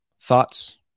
thoughts